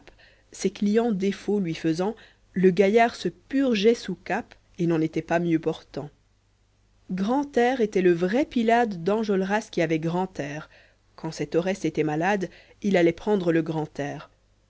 ses clients défaut lui faisant le gaillard se purgeait sous cape et n'en était pas mieux portant grantaire était le vrai pylade d'eojolras qui avait grand air quand cet oreste était malade il allait prendre le grand air